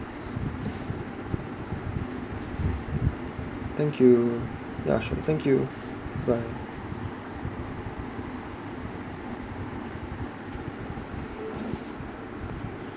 thank you yeah sure thank you bye